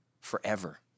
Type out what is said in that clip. forever